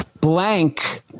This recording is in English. blank